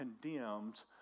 condemned